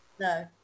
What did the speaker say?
No